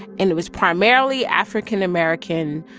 and it was primarily african american,